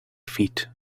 feet